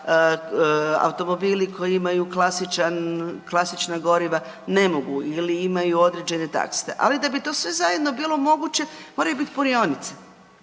automobili koji imaju klasičan, klasična goriva ne mogu ili imaju određene .../Govornik se ne razumije./... ali da bi to sve zajedno bilo moguće, moraju biti punionice.